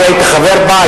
הייתי חבר בה,